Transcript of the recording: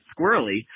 squirrely